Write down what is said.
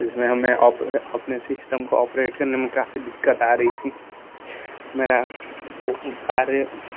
इसमें हमें अपने सिस्टम को ऑपरेट करने में काफी दिक्कत आ रही थी मेरा वो कार्य